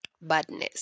badness